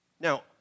Now